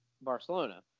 Barcelona